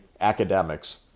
academics